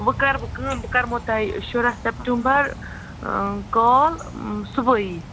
وٕ کَرٕ بہٕ کٲم بہٕ کَرٕ بہٕ تۄہہِ شُراہ سیٚپٹمبَر کال ٲں صُبحٲے